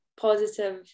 positive